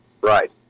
Right